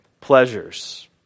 pleasures